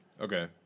Okay